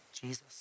Jesus